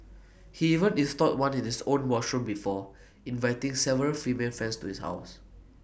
he even installed one in his own washroom before inviting several female friends to his ours